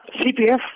CPF